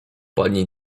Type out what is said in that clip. pani